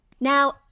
Now